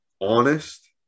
honest